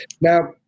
Now